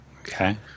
Okay